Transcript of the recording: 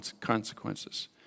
consequences